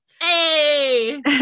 Hey